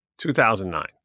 2009